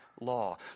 law